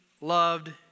loved